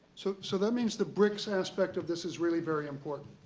so so that means the bricks aspect of this is really very important.